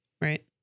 Right